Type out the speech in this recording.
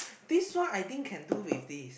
this one I think can do with this